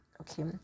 okay